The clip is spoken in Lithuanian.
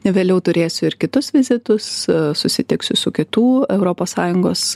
vėliau turėsiu ir kitus vizitus susitiksiu su kitų europos sąjungos